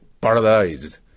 paradise